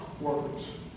words